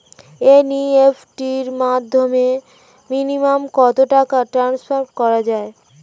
NEFT র মাধ্যমে minimum কত টাকা ট্রান্সফার করা যায়?